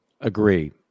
agree